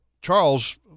Charles